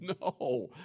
No